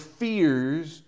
fears